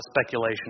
speculation